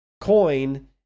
coin